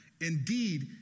Indeed